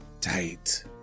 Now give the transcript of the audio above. tight